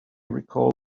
recalled